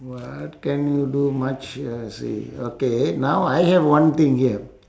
what can you do much uh see okay now I have one thing here